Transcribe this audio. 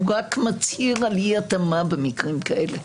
הוא רק מצהיר על אי התאמה במקרים כאלה.